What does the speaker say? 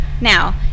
Now